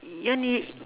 you wanna